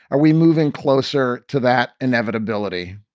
are we moving closer to that inevitability?